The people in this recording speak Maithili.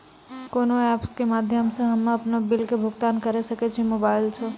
कोना ऐप्स के माध्यम से हम्मे अपन बिल के भुगतान करऽ सके छी मोबाइल से?